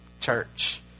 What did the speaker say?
church